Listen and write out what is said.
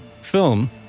film